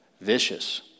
vicious